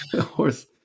horse